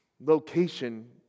location